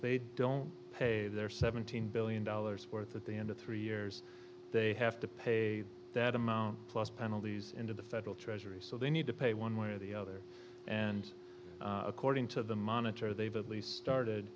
they don't pay their seventeen billion dollars worth of the end of three years they have to pay that amount plus penalties into the federal treasury so they need to pay one way or the other and according to the monitor they've at least started